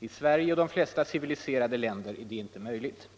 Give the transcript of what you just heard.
I Sverige och de flesta civiliserade länder är det inte möjligt.